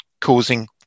causing